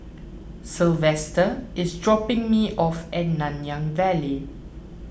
Sylvester is dropping me off at Nanyang Valley